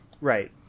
Right